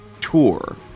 tour